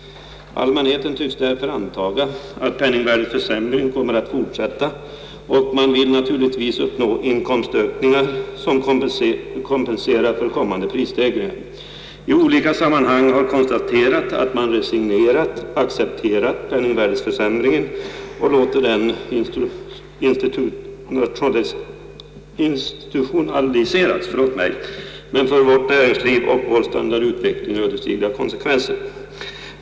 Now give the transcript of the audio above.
Allmänheten tycks därför antaga att penningvärdeförsämringen kommer att fortsätta och man vill naturligtvis uppnå inkomstökningar, som kan kompensera för kommande prisstegringar. I olika sammanhang kan konstateras att man resignerat accepterar penningvärdeförsämringen och låter den institutionaliseras, med för vårt näringsliv och vår standardutveckling ödesdigra konsekvenser.